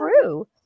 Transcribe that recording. true